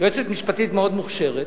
יועצת משפטית מאוד מוכשרת,